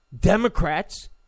Democrats